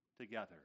together